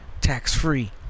tax-free